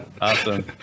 Awesome